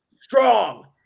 Strong